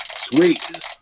Sweet